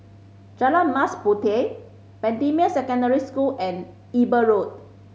Jalan Mas Puteh Bendemeer Secondary School and Eber Road